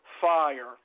Fire